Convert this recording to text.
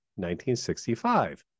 1965